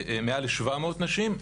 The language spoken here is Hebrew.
מעל ל-700 נשים.